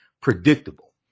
predictable